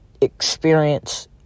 experience